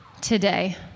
today